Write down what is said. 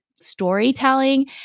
storytelling